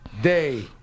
Day